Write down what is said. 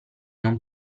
non